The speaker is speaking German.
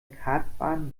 kartbahn